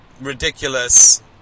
ridiculous